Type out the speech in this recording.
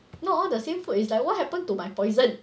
not all the same food it's like what happened to my poison